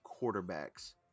quarterbacks